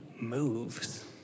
moves